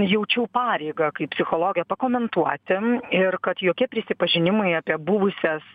jaučiau pareigą kaip psichologė pakomentuoti ir kad jokie prisipažinimai apie buvusias